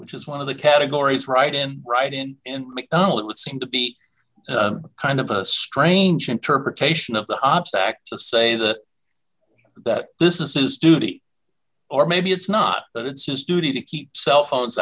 which is one of the categories right in right in and mcdonnell it would seem to be kind of a strange interpretation of the obstat to say that that this is his duty or maybe it's not that it's just duty to keep cell phones